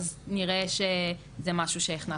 אז נראה שזה משהו שהכנסנו.